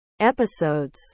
episodes